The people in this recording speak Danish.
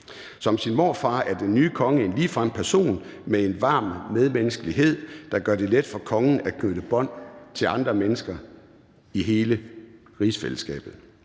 Som sin morfar er den nye konge en ligefrem person med en varm medmenneskelighed, der gør det let for kongen at knytte bånd til andre mennesker i hele rigsfællesskabet.